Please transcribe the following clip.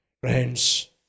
Friends